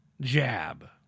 jab